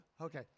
Okay